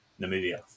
Namibia